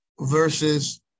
versus